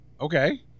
okay